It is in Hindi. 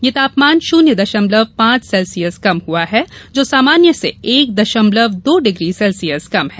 यह तापमान शून्य दशमल पांच सेल्सियस कम हुआ है जो सामान्य से एक दशमलव दो डिग्री सेल्सियस कम है